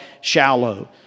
shallow